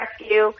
rescue